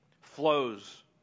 flows